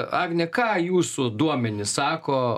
agne ką jūsų duomenys sako